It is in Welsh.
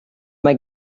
mae